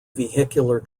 vehicular